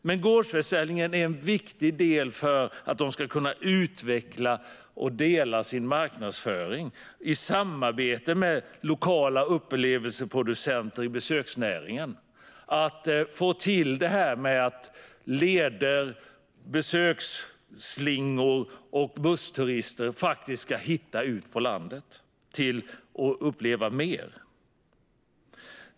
Men gårdsförsäljningen är en viktig del för att de ska kunna utveckla och dela sin marknadsföring i samarbete med lokala upplevelseproducenter i besöksnäringen - att få till detta med leder och besöksslingor så att bussturister faktiskt ska hitta ut på landet och uppleva mer.